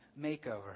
makeover